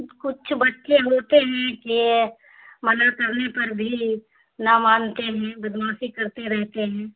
کچھ بچے ہوتے ہیں کہ منع کرنے پر بھی نہ مانتے ہیں بدمعاشی کرتے رہتے ہیں